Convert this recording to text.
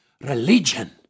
religion